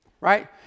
right